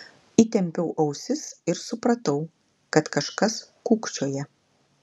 įtempiau ausis ir supratau kad kažkas kūkčioja